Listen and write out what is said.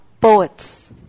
poets